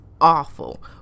awful